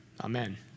amen